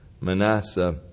Manasseh